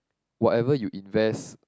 whatever you invest